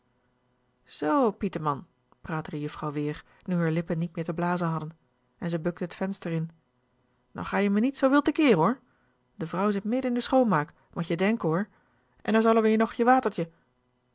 drogen zoo pieteman praatte de juffrouw weer nu r lippen niet meer te blazen hadden en ze bukte t venster in nou ga je me niet zoo wild te keer hr de vrouw sit midden in de schoonmaak mot je denken hr en nou salie we nog je watertje